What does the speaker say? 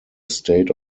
state